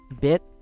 bit